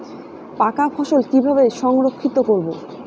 পাকা ফসল কিভাবে সংরক্ষিত করব?